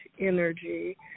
energy